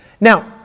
Now